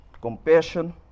compassion